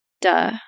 Duh